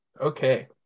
Okay